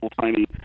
tiny